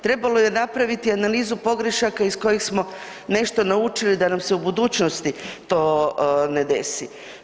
Trebalo je napraviti analizu pogrešaka iz kojih smo nešto naučili da nam se u budućnosti to ne desi.